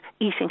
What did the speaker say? eating